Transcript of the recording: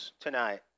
tonight